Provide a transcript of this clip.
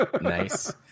Nice